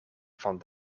van